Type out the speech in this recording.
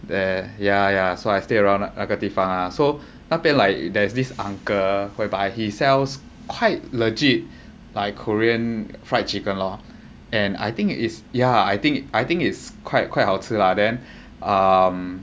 there yeah yeah so I stay around 那个地方 lah so 那边 like there's this uncle whereby he sells quite legit like korean fried chicken lor and I think is yeah I think I think it's quite quite 好吃 lah then um